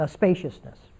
spaciousness